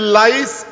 lies